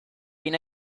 been